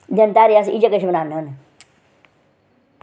दिन तेहारे अस इ'यै किश बनान्ने होन्ने